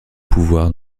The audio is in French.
pouvoirs